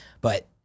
But-